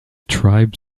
tribe